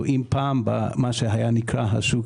אני רק רוצה לשאול שאלה: האם אותו אחד שהיום לא נותנים לו הלוואה בבנק.